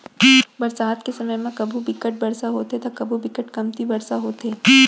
बरसात के समे म कभू बिकट बरसा होथे त कभू बिकट कमती बरसा होथे